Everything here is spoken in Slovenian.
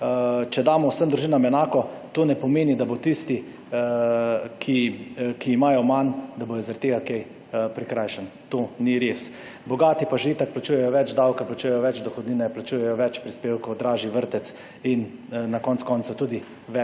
Če damo vsem družinam enako, to ne pomeni, da bo tisti, ki imajo manj, da bodo zaradi tega kaj prikrajšani. To ni res. Bogati pa že itak plačujejo več davka, plačujejo več dohodnine, plačujejo več prispevkov, dražji vrtec in na koncu koncev tudi